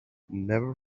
never